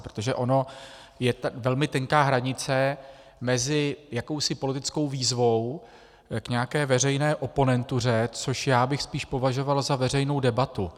Protože ona je velmi tenká hranice mezi jakousi politickou výzvou k nějaké veřejné oponentuře, což já bych spíš považoval za veřejnou debatu.